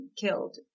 killed